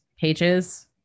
pages